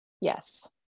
Yes